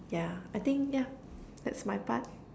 yeah I think yeah that's my part